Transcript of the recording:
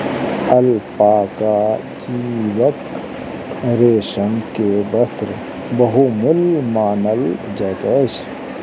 alpaca जीवक रेशम के वस्त्र बहुमूल्य मानल जाइत अछि